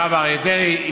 הרב אריה דרעי,